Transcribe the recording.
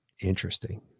Interesting